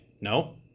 no